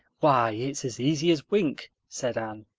why, it's as easy as wink, said anne.